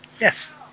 yes